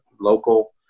local